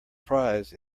prize